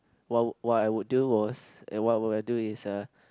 wha~ what I would do what would I do is a